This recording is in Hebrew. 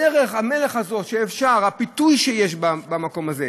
דרך המלך הזאת שאפשר, הפיתוי שיש במקום הזה,